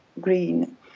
green